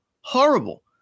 horrible